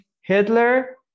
Hitler